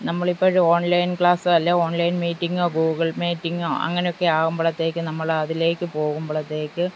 നമ്മളിപ്പോഴും online class അല്ലെങ്കിൽ online മീറ്റിങ്ങോ ഗൂഗിൾ മീറ്റിങ്ങോ അങ്ങനെയൊക്കെ ആകുമ്പോഴത്തേക്ക് നമ്മൾ അതിലേക്ക് പോകുമ്പോഴത്തേക്ക്